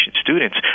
students